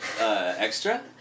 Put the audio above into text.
extra